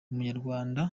abanyarwanda